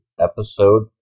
Episode